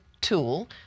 tool